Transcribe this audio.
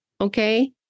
okay